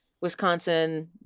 Wisconsin